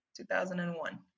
2001